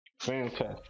Fantastic